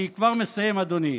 אני כבר מסיים, אדוני.